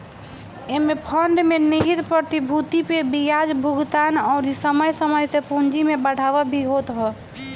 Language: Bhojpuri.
एमे फंड में निहित प्रतिभूति पे बियाज भुगतान अउरी समय समय से पूंजी में बढ़ावा भी होत ह